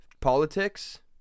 politics